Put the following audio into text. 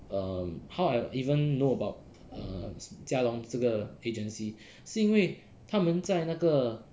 um how I even know about err jia long 这个 agency 是因为他们在那个